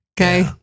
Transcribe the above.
Okay